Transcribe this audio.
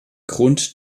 grund